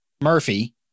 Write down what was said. Murphy